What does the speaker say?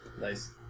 Nice